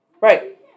right